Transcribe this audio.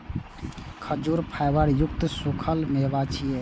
खजूर फाइबर युक्त सूखल मेवा छियै